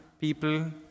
people